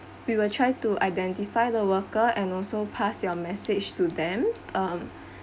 we will try to identify the worker and also pass your message to them um